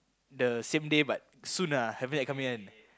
the same day but soon ah haven't yet come yet